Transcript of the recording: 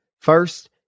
First